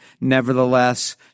nevertheless